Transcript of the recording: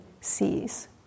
sees